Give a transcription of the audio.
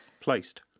Placed